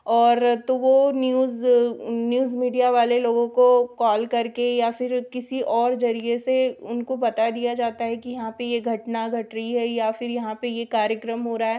और तो वह न्यूज़ न्यूज़ मीडिया वाले लोगों काे कॉल करके या फिर किसी और जरिए से उनको बता दिया जाता है कि यहाँ पर यह घटना घट रही है या फिर यहाँ पर यह कार्यक्रम हो रहा है